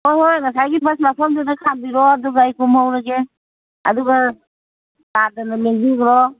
ꯍꯣꯏ ꯍꯣꯏ ꯉꯁꯥꯏꯒꯤ ꯕꯁ ꯃꯐꯝꯗꯨꯗ ꯈꯥꯝꯕꯤꯔꯣ ꯑꯗꯨꯒ ꯑꯩ ꯀꯨꯝꯃꯧꯔꯒꯦ ꯑꯗꯨꯒ ꯇꯥꯗꯅ ꯂꯦꯡꯕꯤꯒ꯭ꯔꯣ